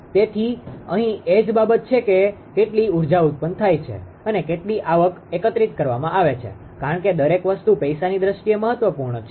તેથી અહીં એ જ બાબત છે કે કેટલી ઊર્જા ઉત્પન્ન થાય છે અને કેટલી આવક એકત્રિત કરવામાં આવે છે કારણ કે દરેક વસ્તુ પૈસાની દ્રષ્ટિએ મહત્વપૂર્ણ છે